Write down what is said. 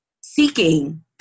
seeking